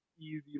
easy